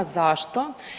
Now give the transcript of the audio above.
Zašto?